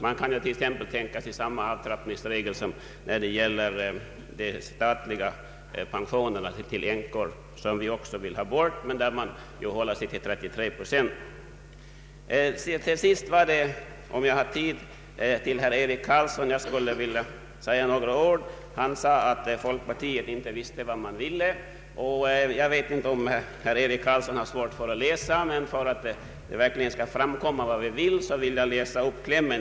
Man kunde exempelvis tänka sig samma avtrappningsregler som gäller för de statliga änkepensionerna, där reduktionen dock inskränker sig till 33 procent, även om vi också beträffande dessa pensioner vill få en ändring till stånd. Herr Eric Carlsson sade att man i folkpartiet tydligen inte vet vad man vill. För att det skall bli klart för herr Carlsson vad vi vill — om han nu har svårt för att läsa — skall jag be att få läsa upp klämmen i den motion som folkpartiet har väckt.